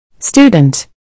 Student